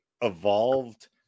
evolved